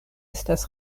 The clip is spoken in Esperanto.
estas